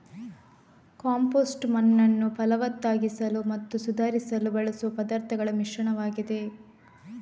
compost ಮಣ್ಣನ್ನು ಫಲವತ್ತಾಗಿಸಲು ಮತ್ತು ಸುಧಾರಿಸಲು ಬಳಸುವ ಪದಾರ್ಥಗಳ ಮಿಶ್ರಣವಾಗಿದೆ